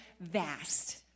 vast